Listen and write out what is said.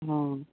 ହଁ